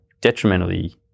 detrimentally